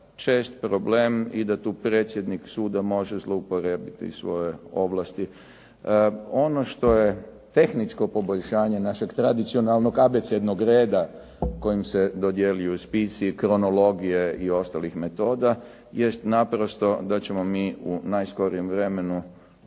čest problem i da tu predsjednik suda može zlouporabiti svoje ovlasti. Ono što je tehničko poboljšanje našeg tradicionalnog abecednog reda kojim se dodjeljuju spisi, kronologije i ostalih metoda, jest naprosto da ćemo mi u najskorijem vremenu